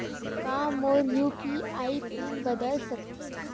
का मोर UPI pin बदल सकथे?